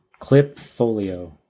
Clipfolio